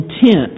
intent